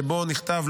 שבו נכתב,